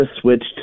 switched